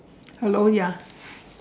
hello ya